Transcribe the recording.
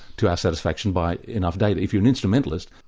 to our satisfaction, by enough data. if you're an instrumentalist,